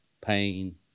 pain